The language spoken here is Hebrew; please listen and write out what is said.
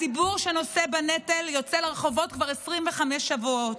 הציבור שנושא בנטל יוצא לרחובות כבר 25 שבועות,